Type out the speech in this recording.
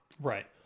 right